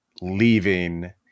leaving